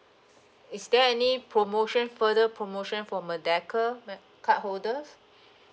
is there any promotion further promotion for merdeka mer~ cardholders